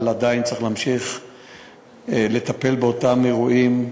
אבל עדיין צריך להמשיך לטפל באותם אירועים,